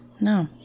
no